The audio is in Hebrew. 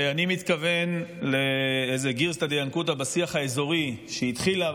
אני מתכוון לאיזה גרסא דינקותא בשיח האזורי שהתחילה,